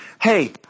Hey